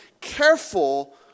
careful